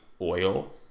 oil